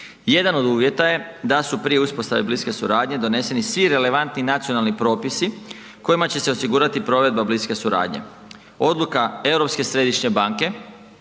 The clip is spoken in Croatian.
Jedan od uvjeta je da su prije uspostave bliske suradnje doneseni svi relevantni nacionalni propisi kojima će osigurati provedba bliske suradnje. Odluka